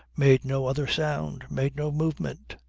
made no other sound, made no movement.